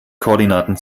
koordinaten